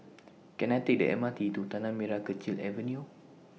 Can I Take The M R T to Tanah Merah Kechil Avenue